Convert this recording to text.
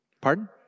Pardon